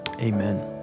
Amen